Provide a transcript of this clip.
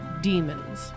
demons